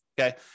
Okay